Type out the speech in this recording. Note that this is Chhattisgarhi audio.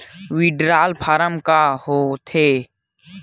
विड्राल फारम का होथेय